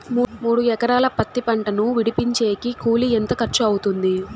మూడు ఎకరాలు పత్తి పంటను విడిపించేకి కూలి ఎంత ఖర్చు అవుతుంది?